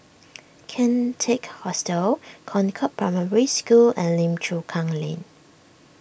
Kian Teck Hostel Concord Primary School and Lim Chu Kang Lane